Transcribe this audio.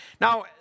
Now